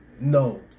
No